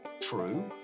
true